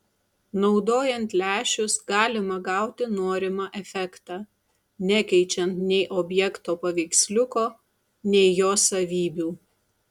naudojant lęšius galima gauti norimą efektą nekeičiant nei objekto paveiksliuko nei jo savybių